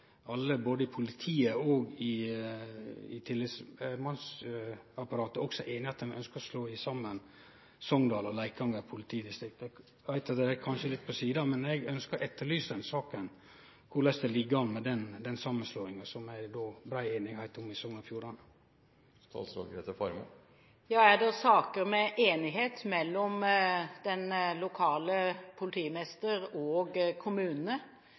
i og ønskjer å slå saman Sogndal lensmannsdistrikt og Leikanger lensmannsdistrikt. Eg veit at dette kanskje er litt på sida, men eg ønskjer å etterlyse denne saka – etterlyse korleis det ligg an med den samanslåinga som det er brei einigheit om i Sogn og Fjordane. Er det en sak der det er enighet mellom den lokale politimester og